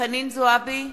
חנין זועבי,